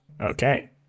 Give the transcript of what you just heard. Okay